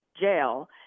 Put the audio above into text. jail